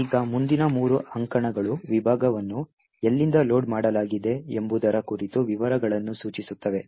ಈಗ ಮುಂದಿನ ಮೂರು ಅಂಕಣಗಳು ವಿಭಾಗವನ್ನು ಎಲ್ಲಿಂದ ಲೋಡ್ ಮಾಡಲಾಗಿದೆ ಎಂಬುದರ ಕುರಿತು ವಿವರಗಳನ್ನು ಸೂಚಿಸುತ್ತವೆ